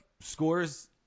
scores